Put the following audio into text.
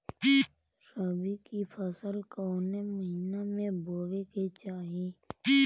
रबी की फसल कौने महिना में बोवे के चाही?